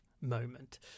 moment